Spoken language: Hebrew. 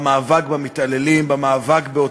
במאבק במתעללים,